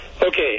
Okay